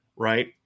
Right